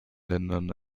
ländern